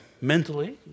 mentally